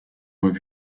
voies